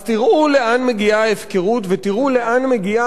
אז תראו לאן מגיעה ההפקרות ותראו לאן מגיעה